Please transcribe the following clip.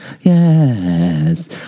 yes